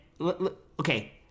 okay